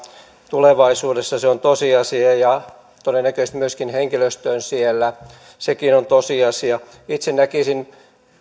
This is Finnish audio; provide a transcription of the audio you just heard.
tulevaisuudessa se on tosiasia ja todennäköisesti myöskin henkilöstöön siellä sekin on tosiasia itse näkisin että